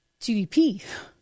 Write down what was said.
GDP